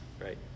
Right